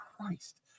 Christ